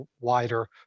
wider